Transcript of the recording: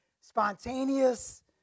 spontaneous